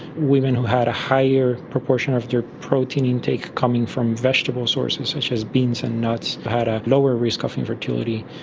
women who had a higher proportion of their protein intake coming from vegetable sources such as beans and nuts had a lower risk of infertility.